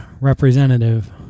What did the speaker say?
representative